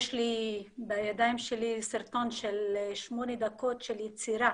יש לי בידיים שלי סרטון של שמונה דקות של יצירה